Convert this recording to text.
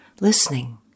listening